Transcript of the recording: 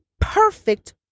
perfect